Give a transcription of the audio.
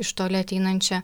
iš toli ateinančia